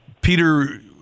Peter